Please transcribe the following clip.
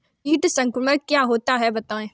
कीट संक्रमण क्या होता है बताएँ?